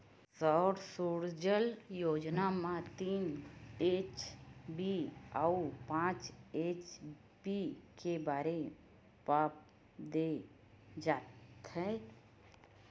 सौर सूजला योजना म तीन एच.पी अउ पाँच एच.पी के बोर पंप दे जाथेय